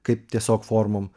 kaip tiesiog formom